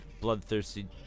Bloodthirsty